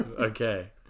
okay